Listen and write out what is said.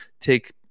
take